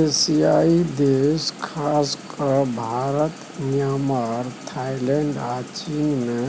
एशियाई देश खास कए भारत, म्यांमार, थाइलैंड आ चीन मे